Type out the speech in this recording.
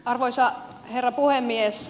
arvoisa herra puhemies